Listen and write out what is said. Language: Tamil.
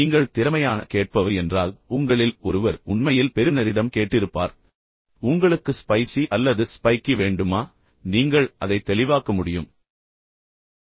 நீங்கள் திறமையான கேட்பவர் என்றால் உங்களில் ஒருவர் உண்மையில் பெறுநரிடம் கேட்டிருப்பார் உங்களுக்கு ஸ்பைசி அல்லது ஸ்பைக்கி வேண்டுமா நீங்கள் அதை தெளிவாக்க முடியுமா என்று உண்மையில் கேட்டிருப்பீர்கள்